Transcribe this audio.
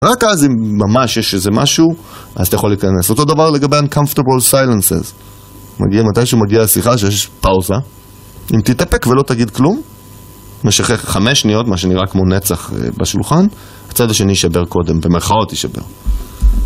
רק אז, אם ממש יש איזה משהו, אז אתה יכול להיכנס. אותו דבר לגבי uncomfortable silences. מתי שמגיע השיחה שיש פאוסה, אם תתאפק ולא תגיד כלום, משך חמש שניות, מה שנראה כמו נצח בשולחן, הצד השני ישבר קודם, במרכאות ישבר.